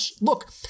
look